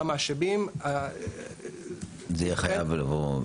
מה המשאבים --- זה חייב לבוא.